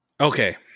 Okay